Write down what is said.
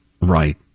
Right